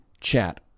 chat